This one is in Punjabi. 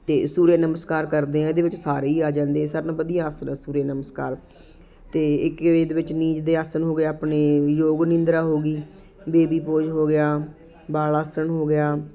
ਅਤੇ ਸੂਰਿਆ ਨਮਸਕਾਰ ਕਰਦੇ ਹਾਂ ਇਹਦੇ ਵਿੱਚ ਸਾਰੇ ਹੀ ਆ ਜਾਂਦੇ ਸਭ ਨਾਲੋਂ ਵਧੀਆ ਆਸਨ ਹੈ ਸੂਰਿਆ ਨਮਸਕਾਰ ਅਤੇ ਇੱਕ ਇਹ ਇਹਦੇ ਵਿੱਚ ਨੀਂਦ ਦੇ ਆਸਣ ਹੋ ਗਏ ਆਪਣੇ ਯੋਗ ਨੀਂਦਰਾ ਹੋ ਗਈ ਬੇਬੀ ਪੋਜ ਹੋ ਗਿਆ ਵਲ ਆਸਣ ਹੋ ਗਿਆ